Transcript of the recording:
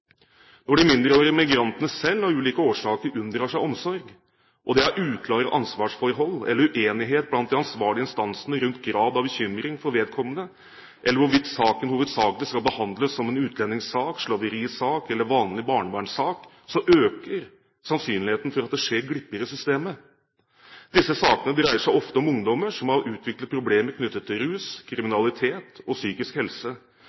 Når de mindreårige migrantene selv av ulike årsaker unndrar seg omsorg, og det er uklare ansvarsforhold eller uenighet blant de ansvarlige instansene rundt grad av bekymring for vedkommende, eller hvorvidt saken hovedsakelig skal behandles som en utlendingssak, slaverisak eller «vanlig» barnevernssak, øker sannsynligheten for at det skjer «glipper» i systemet. Disse sakene dreier seg ofte om ungdommer som har utviklet problemer knyttet til rus, kriminalitet eller psykisk helse.